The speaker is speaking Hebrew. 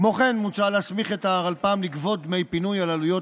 כמו כן מוצע להסמיך את הרלפ"מ לגבות דמי פינוי על עלויות